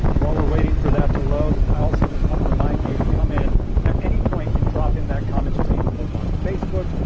while we're waiting for that to load, i also just wanna remind you to come in at any point and drop in that comment stream both on facebook,